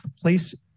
place